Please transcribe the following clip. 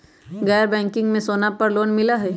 गैर बैंकिंग में सोना पर लोन मिलहई?